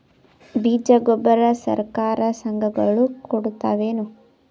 ಬೀಜ ಗೊಬ್ಬರ ಸರಕಾರ, ಸಂಘ ಗಳು ಕೊಡುತಾವೇನು?